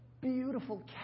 beautiful